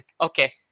Okay